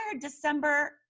December